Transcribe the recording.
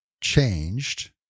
changed